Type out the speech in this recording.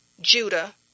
Judah